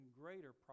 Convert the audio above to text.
greater